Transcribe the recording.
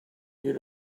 you